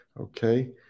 Okay